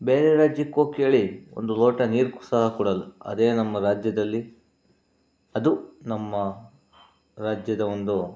ಬೇರೆ ರಾಜ್ಯಕ್ಕೆ ಹೋಗಿ ಕೇಳಿ ಒಂದು ಲೋಟ ನೀರು ಸಹ ಕೊಡೋಲ್ಲ ಅದೇ ನಮ್ಮ ರಾಜ್ಯದಲ್ಲಿ ಅದು ನಮ್ಮ ರಾಜ್ಯದ ಒಂದು